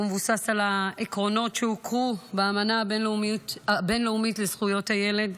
והוא מבוסס על העקרונות שהוכרו באמנה הבין-לאומית לזכויות הילד,